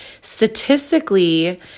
statistically